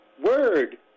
word